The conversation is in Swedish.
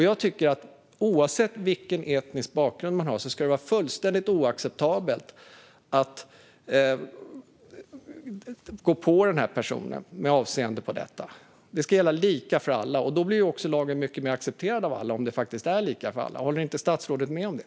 Jag tycker att oavsett vilken etnisk bakgrund en person har ska det vara fullständigt oacceptabelt att gå på denna person i detta avseende. Det ska gälla lika för alla. Lagen blir också mycket mer accepterad av alla om det faktiskt är lika för alla. Håller statsrådet inte med om det?